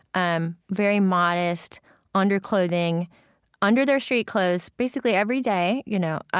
um very modest underclothing under their street clothes basically every day, you know,